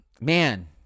Man